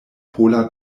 pola